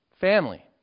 Family